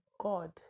god